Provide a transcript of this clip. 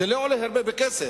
זה לא עולה הרבה בכסף.